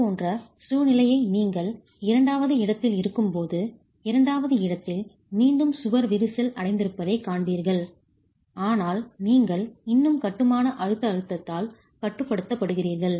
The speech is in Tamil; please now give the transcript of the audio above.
இதேபோன்ற சூழ்நிலையை நீங்கள் இரண்டாவது இடத்தில் இருக்கும்போது இரண்டாவது இடத்தில் மீண்டும் சுவர் விரிசல் அடைந்திருப்பதைக் காண்பீர்கள் ஆனால் நீங்கள் இன்னும் கட்டுமான அழுத்த அழுத்தத்தால் கட்டுப்படுத்தப்படுகிறீர்கள்